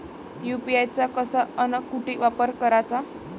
UPI चा कसा अन कुटी वापर कराचा?